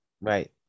right